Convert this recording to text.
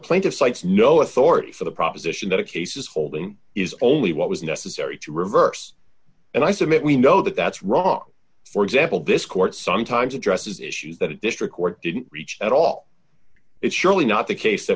plenty of sites no authority for the proposition that a case is holding is only what was necessary to reverse and i submit we know that that's wrong for example this court sometimes addresses issues that a district court didn't reach at all it's surely not the case that